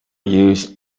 used